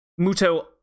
Muto